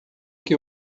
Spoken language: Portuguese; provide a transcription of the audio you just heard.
que